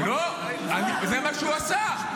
לא, זה מה שהוא עשה.